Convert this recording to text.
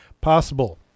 possible